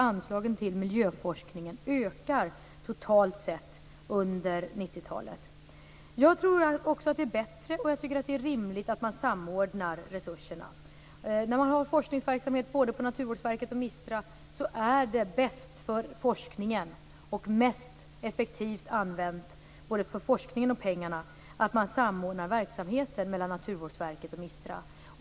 Anslagen till miljöforskningen ökar totalt sett under 90-talet. Det är bättre, och jag tycker också att det är rimligt, att man samordnar resurserna. När man har forskningsverksamhet både på Naturvårdsverket och MISTRA är det bäst för forskningen, och mest effektivt använt när man ser till både forskningen och pengarna, att man samordnar verksamheten hos Naturvårdsverket och MISTRA.